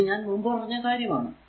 ഇത് ഞാൻ മുമ്പ് പറഞ്ഞ കാര്യം ആണ്